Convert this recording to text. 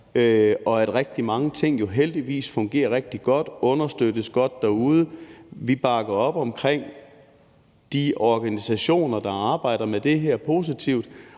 at rigtig mange ting jo heldigvis fungerer rigtig godt og understøttes godt derude. Vi bakker op omkring de organisationer, der arbejder med det her positivt,